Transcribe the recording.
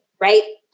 right